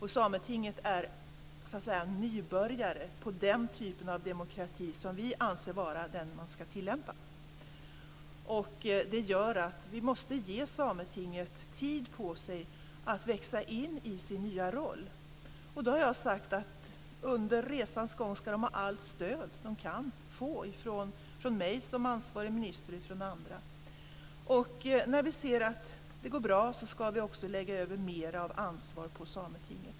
I Sametinget är man nybörjare på den typ av demokrati som vi anser vara den man ska tillämpa. Det gör att vi måste ge Sametinget tid på sig att växa in i sin nya roll. Jag har sagt att under resans gång ska man få allt det stöd man kan få från mig som ansvarig minister och från andra. När vi ser att det går bra ska vi också lägga över mer ansvar på Sametinget.